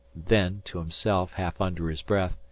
then to himself, half under his breath,